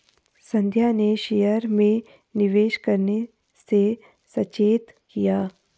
संध्या ने शेयर में निवेश करने से सचेत किया